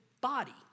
body